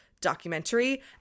documentary